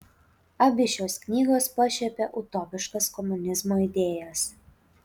abi šios knygos pašiepia utopiškas komunizmo idėjas